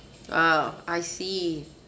oh I see